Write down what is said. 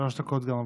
שלוש דקות גם עבורך.